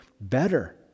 better